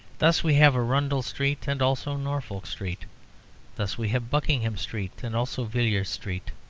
thus we have arundel street and also norfolk street thus we have buckingham street and also villiers street.